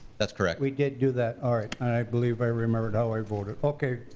that's correct. we did do that, all right. i believe i remembered how i voted. okay,